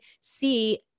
see